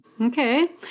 Okay